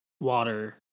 water